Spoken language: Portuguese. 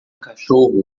cachorro